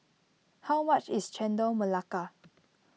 how much is Chendol Melaka